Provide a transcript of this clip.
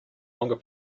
longer